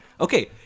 Okay